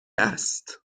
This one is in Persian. است